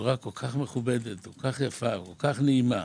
בצורה כל כך מכובדת, כל כך יפה, כל כך נעימה,